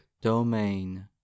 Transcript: domain